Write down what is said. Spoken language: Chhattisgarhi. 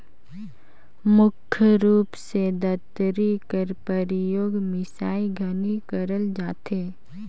मुख रूप मे दँतरी कर परियोग मिसई घनी करल जाथे